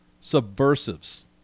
Subversives